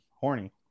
Horny